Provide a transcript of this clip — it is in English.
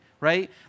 right